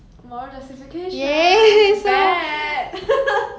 you'll be served bad at karma